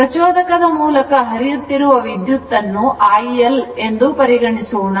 ಪ್ರಚೋದಕದ ಮೂಲಕ ಹರಿಯುತ್ತಿರುವ ವಿದ್ಯುತ್ತನ್ನು iL ಎಂದು ಪರಿಗಣಿಸೋಣ